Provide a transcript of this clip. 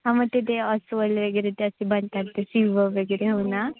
हां मग ते ते अस्वल वगैरे त्याचे बनतात ते शिव वगैरे हो ना